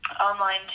online